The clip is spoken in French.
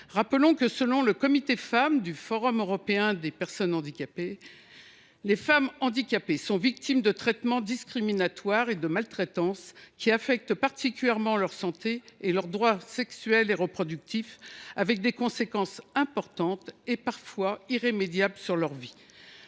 Rappelons que, selon le Comité femmes du Forum européen des personnes handicapées, les femmes handicapées sont victimes de traitements discriminatoires et de maltraitances qui affectent particulièrement leur santé et leurs droits sexuels et reproductifs, avec des conséquences importantes et parfois irrémédiables sur leur vie.